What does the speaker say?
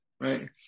Right